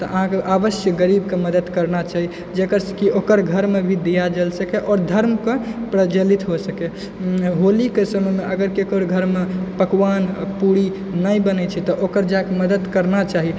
तऽ अहाँके अवश्य गरीबके मदति करना चाही जकरासँ कि ओकर घरमे भी दिया जल सकय आओर धर्मके प्रज्वलित हो सकय होलीके समयमे अगर ककरो घरमे पकवान पूरी नहि बनय छै तऽ ओकर जाकऽ मदति करना चाही